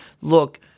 look